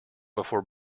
before